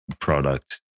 product